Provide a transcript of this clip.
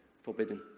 forbidden